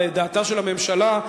על דעתה של הממשלה,